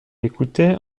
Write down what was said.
écoutait